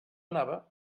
anava